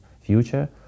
future